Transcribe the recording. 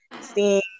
seeing